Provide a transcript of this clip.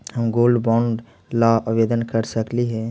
हम gold bond ला आवेदन कर सकली हे?